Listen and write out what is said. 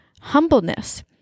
humbleness